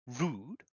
rude